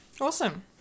Awesome